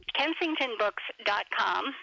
kensingtonbooks.com